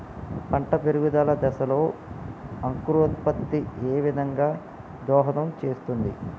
పంట పెరుగుదల దశలో అంకురోత్ఫత్తి ఏ విధంగా దోహదం చేస్తుంది?